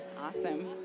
Awesome